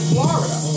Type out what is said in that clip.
Florida